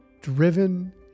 driven